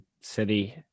City